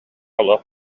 олох